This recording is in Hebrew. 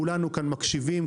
כולנו כאן מקשיבים,